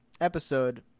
episode